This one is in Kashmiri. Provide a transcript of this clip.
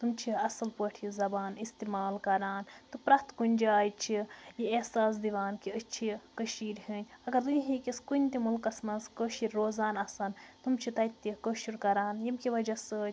تِم چھِ اصٕل پٲٹھۍ یہِ زَبان استعمال کَران تہٕ پرٛیٚتھ کُنہِ جایہِ چھِ یہِ احساس دِوان کہِ أسۍ چھِ کٔشیٖرِ ہنٛدۍ اَگر دُُنیاکِس کُنہِ تہِ مُلکَس مَنٛز کٲشِر روزان آسیٚن تِم چھِ تَتہِ تہِ کٲشُر کَران ییٚمہِ کہِ وجہ سۭتۍ